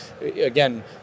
again